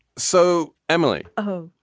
so, emily. oh,